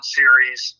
series